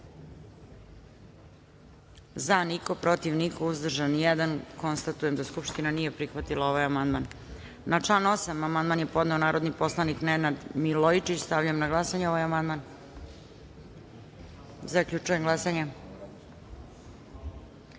za – niko, protiv – niko, uzdržan – jedan. Konstatujem da Skupština nije prihvatila ovaj amandman. Na član 8. amandman je podneo narodni poslanik Nenad Milojičić. Stavljam na glasanje ovaj amandman. Zaključujem glasanje: